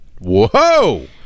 Whoa